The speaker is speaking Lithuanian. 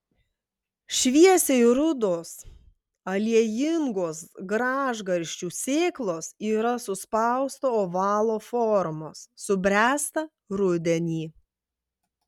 šviesiai rudos aliejingos gražgarsčių sėklos yra suspausto ovalo formos subręsta rudenį